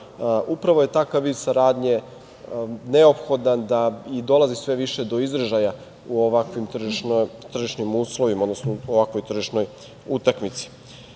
upravo je takav vid saradnje neophodan i dolazi sve više do izražaja u ovakvim tržišnim uslovima, odnosno u ovakvoj tržišnoj utakmici. Logično